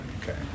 Okay